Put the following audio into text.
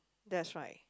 that's right